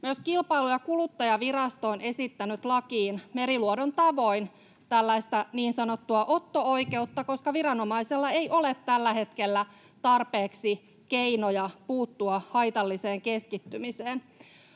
Myös Kilpailu- ja kuluttajavirasto on esittänyt lakiin Meriluodon tavoin tällaista niin sanottua otto-oikeutta, koska viranomaisella ei ole tällä hetkellä tarpeeksi keinoja puuttua haitalliseen keskittymiseen.